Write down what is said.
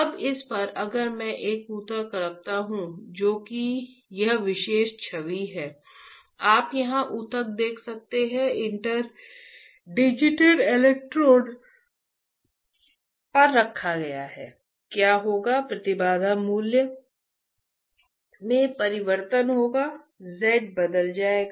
अब इस पर अगर मैं एक ऊतक रखता हूं जो कि यह विशेष छवि है आप यहां ऊतक देख सकते हैं इंटरडिजिटेड इलेक्ट्रोड पर रखा गया है क्या होगा प्रतिबाधा मूल्य में परिवर्तन होगा z बदल जाएगा